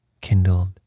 kindled